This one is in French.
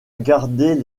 garder